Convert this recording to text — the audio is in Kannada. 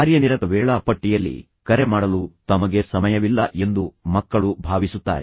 ಕಾರ್ಯನಿರತ ವೇಳಾಪಟ್ಟಿಯಲ್ಲಿ ಕರೆ ಮಾಡಲು ತಮಗೆ ಸಮಯವಿಲ್ಲ ಎಂದು ಮಕ್ಕಳು ಭಾವಿಸುತ್ತಾರೆ